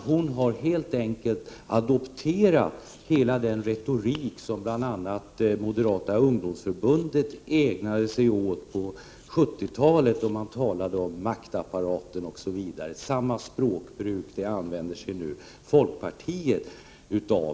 Hon har helt adopterat den retorik som bl.a. Moderata ungdomsförbundet ägnade sig åt på 70-talet, då man talade om maktapparaten osv. Samma språkbruk använder nu folkpartiet.